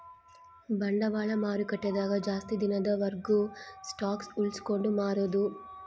ಬಂಡವಾಳ ಮಾರುಕಟ್ಟೆ ದಾಗ ಜಾಸ್ತಿ ದಿನದ ವರ್ಗು ಸ್ಟಾಕ್ಷ್ ಉಳ್ಸ್ಕೊಂಡ್ ಮಾರೊದು